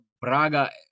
Braga